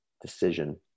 decision